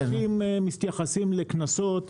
אנשים מתייחסים לקנסות,